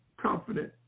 confident